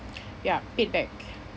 ya paid back